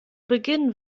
beginn